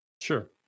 Sure